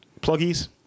Pluggies